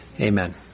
Amen